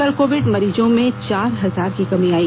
कल कोविड मरीजों में चार हजार की कमी आई